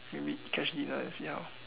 maybe catch dinner and see how